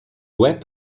web